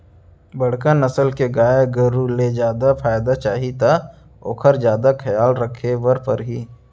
बड़का नसल के गाय गरू ले जादा फायदा चाही त ओकर जादा खयाल राखे बर परही